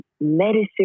medicine